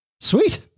Sweet